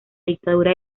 dictadura